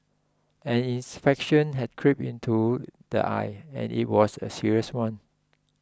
an had crept into the eye and it was a serious one